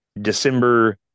december